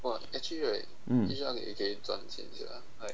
mm